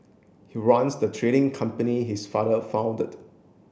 he runs the trading company his father founded